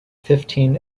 fifteen